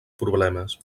problemes